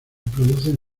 producen